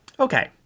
Okay